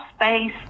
space